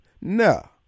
No